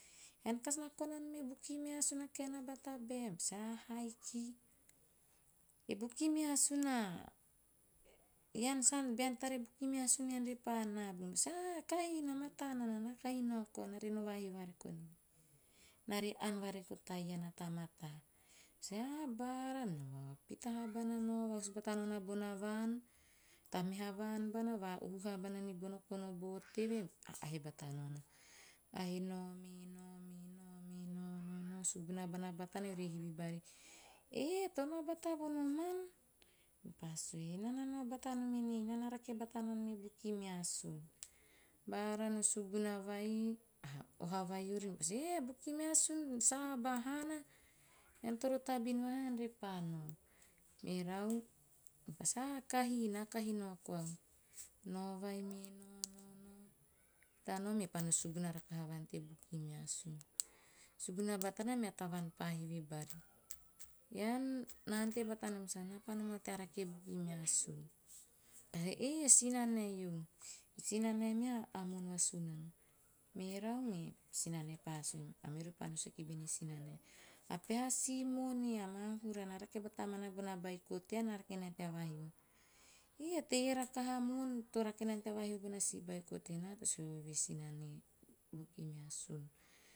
"Ean kasi na kona nom e bukimeasun a nae. Ean kasi na kona nom e bukimeasun a kaen aba tabae?" Mepa sue. "a haiki." E bukimeasun a, ean bean tara e bukimeasun asun ean pa naabu." Mepa sue, "ah haiki, na mataa nana na kahi nao koau naa re no vahio vareko nie, naa re ann vareko ta iana vai to mataa." meori pa sue "ah bara." Nao, nao, pita vaha bana, nao vabus batana bona vaan, ta meha vaan bana, va'uhu vaha bana nibono konobo teve, mepa aheahe bata nao, me nao me nao me nao me nao nao nao, suguna bana batana eori he hivi bari. "Eh to nao bata vonoman?" Mepa sue, "naa na nao bata nom enei, naa na rake bata nom e bukimeasun." Bara no sugunu vai ah, oha vai ori, meori pa sue, "eh e bukimeasun sa aba haana, ean toro tabin vahaa ean repa nao." Merau, mepa sue, ah kahii, naa kahi nao koau." Nao vai me nao nao nao, tanum i pan i suguna rakaha timan te bukameasun. Suguna batana mea tavaan pa hivi bari, "ean na ante bata nom sau?" "Naa pa nomau tea rake e bukimeasun." A peha he, "eh, e sinanae iu, e sinanae me a moon va sunano." Merau me sinanae pa sue, "a peha si moon iei a maahura na rake bata maana bona beiko tean, na rake nae tea vahio." "Ii, e teie rakaha a moon to rake nana tea vahio bona si beiko tenaa te sue voe sinane bukimeasun."